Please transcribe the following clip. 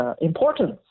importance